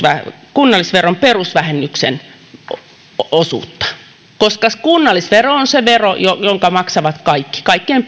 kunnallisveron perusvähennyksen osuutta koska kunnallisvero on se vero jonka maksavat kaikki kaikkein